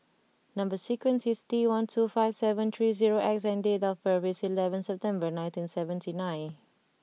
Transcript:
number sequence is T one two five seven three zero X and date of birth is eleven September nineteen seventy nine